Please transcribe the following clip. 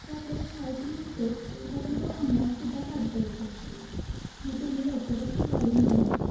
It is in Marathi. तो आपल्याला शाळेतून मिळतोच असा पण तो ऑनलाईनसुद्धा काढता येतो मग तुम्ही लवकरच तो काढून घ्या